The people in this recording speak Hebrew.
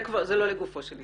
זה לא לגופו של עניין.